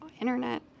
internet